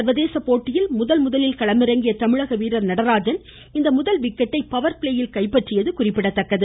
சர்வதேச போட்டியில் முதல் முதலில் களமிறங்கிய தமிழக வீரர் நடராஜன் இந்த முதல் விக்கெட்டை பவர் பிளேயில் கைப்பற்றியது குறிப்பிடத்தக்கது